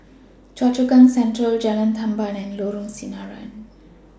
Choa Chu Kang Central Jalan Tamban and Lorong Sinaran